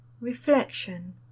reflection